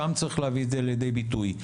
שם צריך להביא את זה לידי ביטוי.